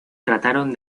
trataron